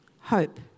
hope